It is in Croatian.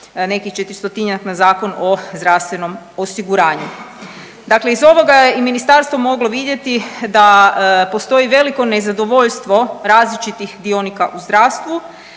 nekih 400-tinjak na Zakon o zdravstvenom osiguranju. Dakle, iz ovoga je i ministarstvo moglo vidjeti da postoji veliko nezadovoljstvo različitih dionika u zdravstvu